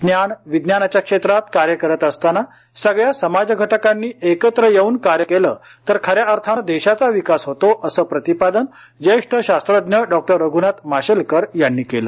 ज्ञान विज्ञानाच्या क्षेत्रात कार्य करत असताना सगळ्या समाजघटकांनी एकत्र येऊन कार्य केलं तर खऱ्या अर्थानं देशाचा विकास होतो असं प्रतिपादन जेष्ठ शास्त्रज्ञ डॉक्टर रघुनाथ माशेलकर यांनी केले